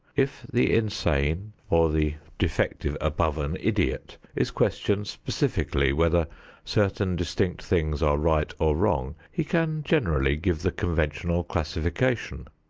if the insane or the defective above an idiot is questioned specifically whether certain distinct things are right or wrong, he can generally give the conventional classification.